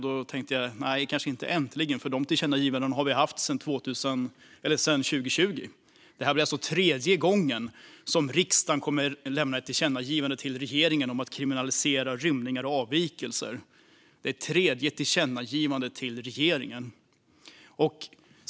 Då tänkte jag: Nej, kanske inte äntligen, för vi har haft tillkännagivanden sedan 2020. Det här blir alltså tredje gången som riksdagen kommer att lämna ett tillkännagivande till regeringen om att kriminalisera rymningar och avvikelser. Det är det tredje tillkännagivandet till regeringen.